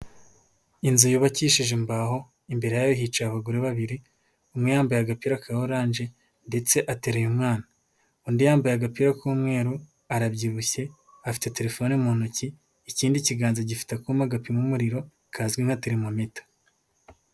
Inzu yubakishije imbaho, imbere yayo hiciye abagore babiri, umwe yambaye agapira ka oranje ndetse ateruye umwana, undi yambaye agapira k'umweru arabyibushye afite telefone mu ntoki, ikindi kiganza gifite akuma gapima umuriro kazwi nka terimometa.